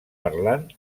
parlant